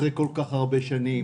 אחרי כל כך הרבה שנים,